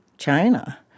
China